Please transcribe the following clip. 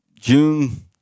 June